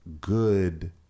good